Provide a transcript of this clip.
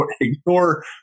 Ignore